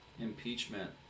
impeachment